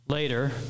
Later